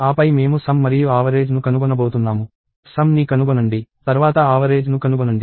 ఆపై మేము మొత్తం మరియు ఆవరేజ్ ను కనుగొనబోతున్నాము సమ్ ని కనుగొనండి తర్వాత ఆవరేజ్ ను కనుగొనండి